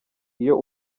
iyo